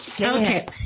Okay